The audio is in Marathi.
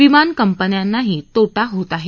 विमान कंपन्यांनाही तो तिहोत आहे